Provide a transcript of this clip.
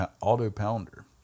auto-pounder